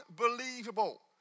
unbelievable